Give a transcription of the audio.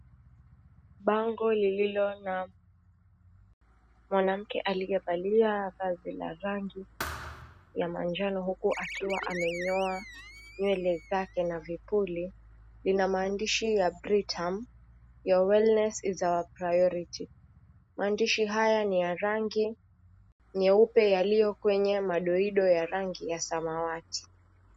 Bango lililo na mwanamke aliyevalia vazi la rangi ya manjano huku akiwa amenyoa nywele zake na vipuli, ina mahandishi ya, Britam, Your Wellness Is Our Priority. Maandishi haya ni ya rangi nyeupe yaliyo kwenye madoido ya rangi ya samawati.